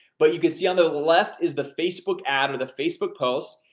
but you can see on the the left is the facebook ad or the facebook post.